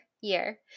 year